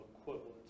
equivalent